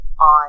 on